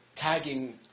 tagging